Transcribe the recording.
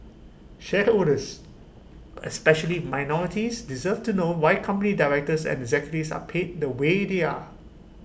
shareholders especially minorities deserve to know why company directors and executives are paid the way they are